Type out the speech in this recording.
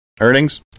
Earnings